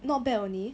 not bad only